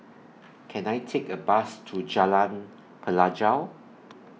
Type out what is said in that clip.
Can I Take A Bus to Jalan Pelajau